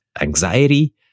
anxiety